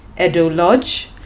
Edo-Lodge